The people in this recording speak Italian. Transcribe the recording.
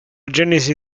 genesi